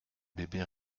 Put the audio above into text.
bébé